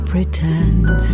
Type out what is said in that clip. pretend